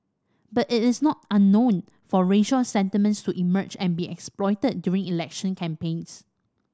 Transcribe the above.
but it is not unknown for racial sentiments to emerge and to be exploited during election campaigns